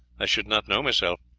i should not know myself,